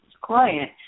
client